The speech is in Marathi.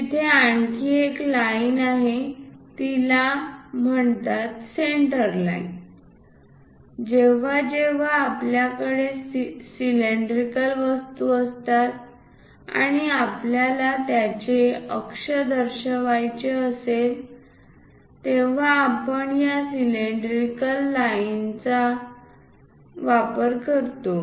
तेथे आणखी एक लाईन आहे तिला म्हणतात सेंटरलाईन जेव्हा जेव्हा आपल्याकडे सिलेंड्रिकल वस्तू असतात आणि आपल्याला त्याचे अक्ष दर्शवायचे असते तेव्हा आपण या सेंटरलाईनसह जातो